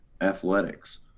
athletics